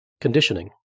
conditioning